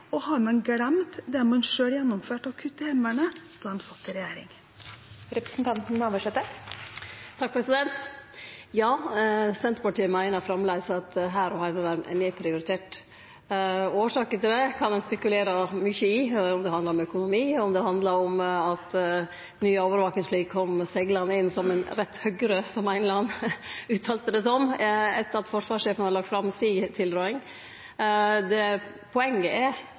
og har man glemt det man selv gjennomførte å kutte i Heimevernet da man satt i regjering? Ja, Senterpartiet meiner framleis at hær og heimevern er nedprioriterte. Årsakene til det kan ein spekulere mykje i – om det handlar om økonomi, eller om det handlar om at nye overvakingsfly kom «seglande inn som ein rett høgre», som ein eller annan uttalte, etter at forsvarssjefen hadde lagt fram si tilråding. Poenget er